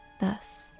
thus